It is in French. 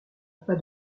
pas